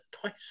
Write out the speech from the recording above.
twice